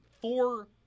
four